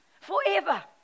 forever